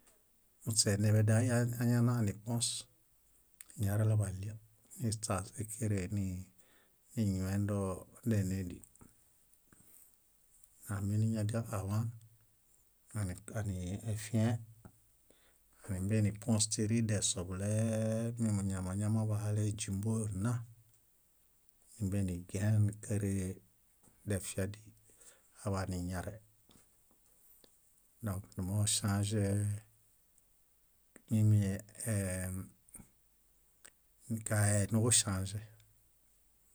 muśe eneḃeday añananipuõs niñarelo baɭio niśaas ékerẽhe niñuyendo dénedii. Aminiñadial aḃaan ani- aniiefiẽe, nímbenipuõs tíri desoḃule, mumuñamañama bahale, éźumbo nna nímbenigien káree defia díi, aḃaniñare. Dõk numooŝãĵe mímie ee- kaee nuġuŝãĵe.